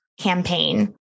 campaign